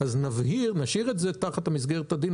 ככל ששרת התחבורה תכניס את התוספת בתקנות